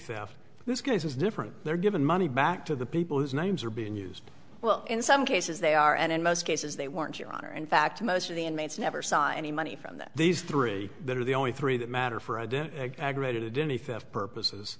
after this case is different they're given money back to the people whose names are being used well in some cases they are and in most cases they weren't your honor in fact most of the inmates never saw any money from them these three that are the only three that matter for